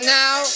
now